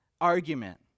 argument